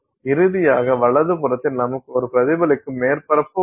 இறுதியாக வலதுபுறத்தில் நமக்கு ஒரு பிரதிபலிக்கும் மேற்பரப்பு உள்ளது